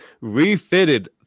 refitted